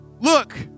look